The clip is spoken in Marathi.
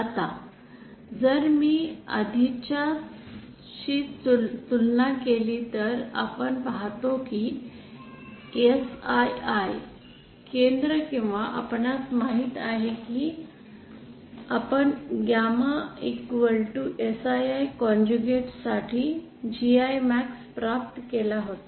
आता जर मी आधीच्याशी तुलना केली तर आपण पाहतो की Sii केंद्र किंवा आपणास माहित आहे की आपण गॅमा Sii साठी GImax प्राप्त केला होता